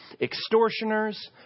Extortioners